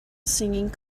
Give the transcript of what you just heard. singing